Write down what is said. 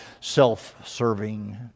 self-serving